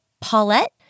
Paulette